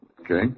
Okay